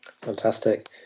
Fantastic